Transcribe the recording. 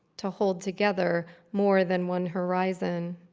to hold together more than one horizon.